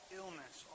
illness